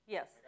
Yes